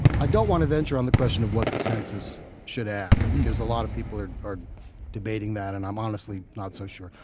i don't want to venture on the question of what the census should ask, because a lot of people are are debating that and i'm honestly not so sure.